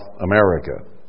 America